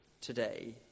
today